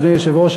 אדוני היושב-ראש,